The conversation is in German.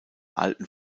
alten